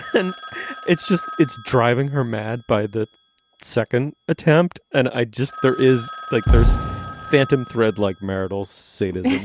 and it's just it's driving her mad. by the second attempt and i just there is like there's phantom thread like marital status.